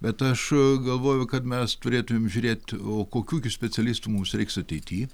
bet aš galvoju kad mes turėtumėm žiūrėt o kokių gi specialistų mums reiks ateity